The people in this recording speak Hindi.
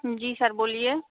जी सर बोलिए